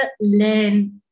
learn